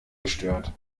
gestört